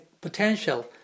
potential